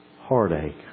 heartache